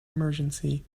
emergency